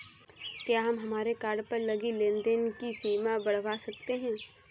क्या हम हमारे कार्ड पर लगी लेन देन की सीमा बढ़ावा सकते हैं?